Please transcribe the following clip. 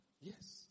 Yes